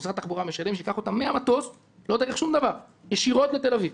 שמשרד התחבורה מממן שייקח אותם מהמטוס ישירות לתל אביב,